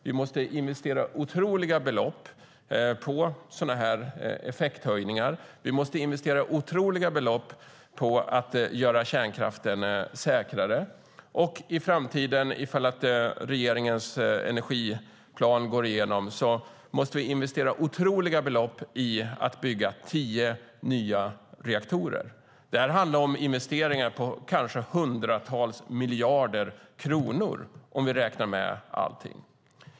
Då måste vi investera otroliga belopp i effekthöjningar, då måste vi investera otroliga belopp i att göra kärnkraften säkrare och då måste vi, om regeringens energiplan går igenom, investera otroliga belopp i att bygga tio nya reaktorer. Det handlar om investeringar på kanske hundratals miljarder kronor, om vi räknar med allt.